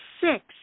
six